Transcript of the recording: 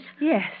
Yes